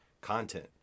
content